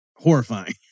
horrifying